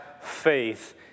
faith